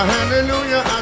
Hallelujah